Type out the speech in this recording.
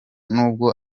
nubwo